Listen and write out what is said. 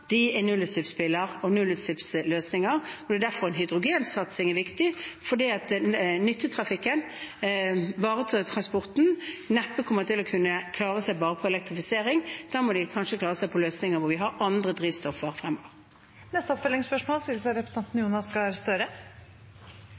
er nullutslippsbiler og nullutslippsløsninger. Det er derfor hydrogensatsing er viktig, fordi nyttetrafikken, varetransporten, neppe kommer til å kunne klare seg bare med elektrifisering. Da må de kanskje klare seg med løsninger hvor vi har andre drivstoff fremover. Jonas Gahr Støre – til oppfølgingsspørsmål.